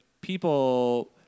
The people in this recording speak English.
people